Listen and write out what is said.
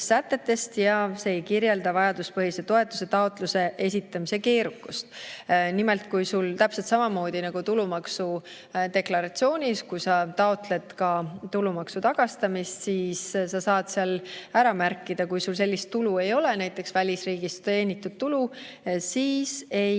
sätetest ja see ei kirjelda vajaduspõhise toetuse taotluse esitamise keerukust. Nimelt, täpselt samamoodi nagu tuludeklaratsioonis, kui sa taotled tulumaksu tagastamist, siis sa saad seal ära märkida, kui sul sellist tulu ei ole, näiteks välisriigis teenitud tulu, ja siis ei